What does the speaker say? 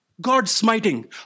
God-smiting